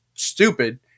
Stupid